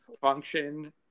Function